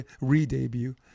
re-debut